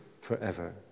forever